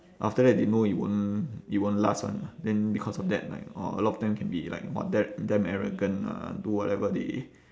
after that they know it won't it won't last [one] lah then because of that like orh a lot of them can be like !wah! da~ damn arrogant uh do whatever they